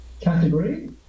category